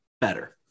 better